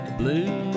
blue